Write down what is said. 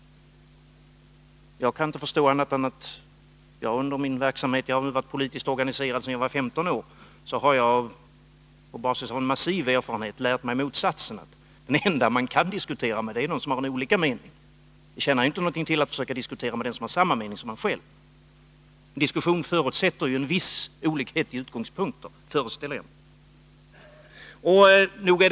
Jag kan inte förstå annat än att jag i min verksamhet — jag har varit politiskt organiserad sedan jag var ungefär 15 år — på basis av en massiv erfarenhet lärt mig motsatsen, att den enda man kan diskutera med är den som har en annan uppfattning. Det tjänar ju inte något till att försöka diskutera med den som har samma uppfattning som man själv har. Jag föreställer mig att förutsättningen för en diskussion är att det finns vissa olikheter i utgångspunkterna.